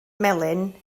melyn